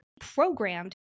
programmed